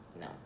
no